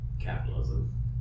capitalism